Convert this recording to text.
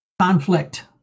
conflict